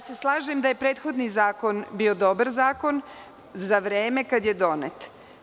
Slažem se da je prethodni zakon bio dobar zakon za vreme kada je donet.